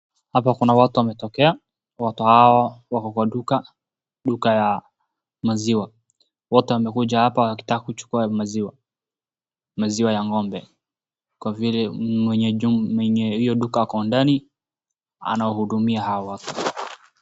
Hapa kuna watu wametokea, watu hao wako kwa duka, duka ya maziwa. Wote wamekuja hapa wakitaka kuchukua maziwa, maziwa ya ngombe. Kwa vile mwenye hiyo duka ako ndani, anawahudumia hawa watu.